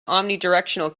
omnidirectional